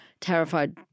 terrified